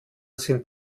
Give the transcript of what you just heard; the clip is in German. sind